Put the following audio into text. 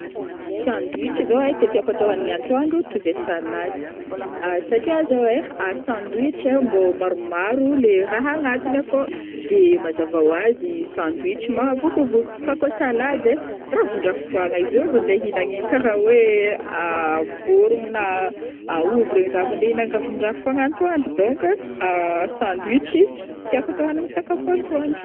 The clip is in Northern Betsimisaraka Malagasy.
Sandwich zao ai tiatiako atô hanigny atoandro toy izay salady, satria zao ai sandwich mbô maromaro le raha agnatiny akao, de mazava oazy sandwich mahavokivoky fa kô salady ai, ravindravifoagna izôvy ande hinagnii kara oe vorogno na aomby regny za avy ande hinaravindravifogna atoandro donc ai, sandwich tiako atô hanigny sakafo atoandro.